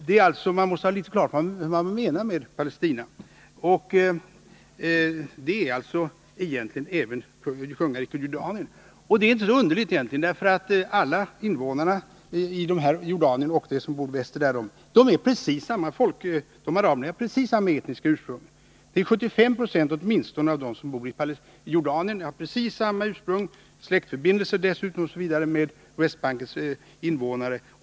Man måste ha klart för sig vad man menar när man talar om Palestina — det omfattar alltså egentligen även kungariket Jordanien. Det är inte så underligt, därför att alla arabiska invånare i Jordanien och de som bor väster därom är av precis samma etniska ursprung. Åtminstone 75 Zo av dem som bor i Jordanien är av precis samma ursprung och har dessutom släktförbindelser med Västbankens invånare.